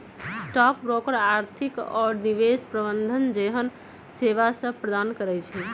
stock broker आर्थिक आऽ निवेश प्रबंधन जेहन सेवासभ प्रदान करई छै